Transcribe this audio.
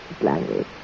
language